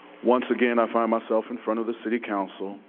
once again, i find myself in front of the city council,